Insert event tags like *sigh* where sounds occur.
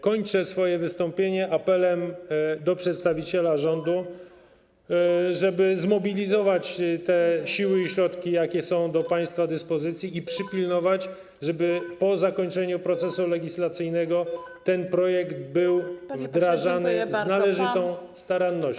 Kończę swoje wystąpienie apelem do przedstawiciela rządu, *noise* żeby zmobilizować te siły i środki, jakie są do państwa dyspozycji, i przypilnować, by po zakończeniu procesu legislacyjnego ten projekt był wdrażany z należytą starannością.